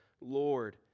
Lord